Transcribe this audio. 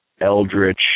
Eldritch